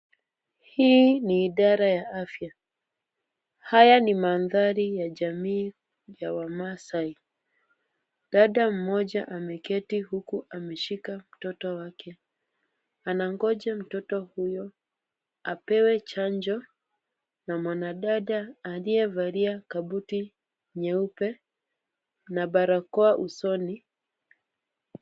Hii ni idara ya afya. Haya ni mandhari ya jamii ya wamaasai. Dada mmoja ameketi huku ameshika mtoto wake. Anangoja mtoto huyo apewe chanjo na mwanadada aliyevalia kabuti nyeupe na barakoa usoni.